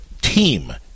team